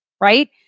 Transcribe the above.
right